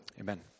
Amen